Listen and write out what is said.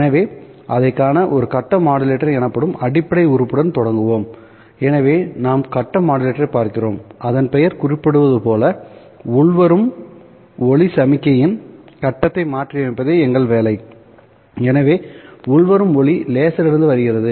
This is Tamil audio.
எனவே அதை காண ஒரு கட்ட மாடுலேட்டர் எனப்படும் அடிப்படை உறுப்புடன் தொடங்குவோம் எனவே நாம் கட்ட மாடுலேட்டரைப் பார்க்கிறோம் அதன் பெயர் குறிப்பிடுவது போல உள்வரும் ஒளி சமிக்ஞையின் கட்டத்தை மாற்றியமைப்பதே எங்கள் வேலை எனவே உள்வரும் ஒளி லேசரிலிருந்து வருகிறது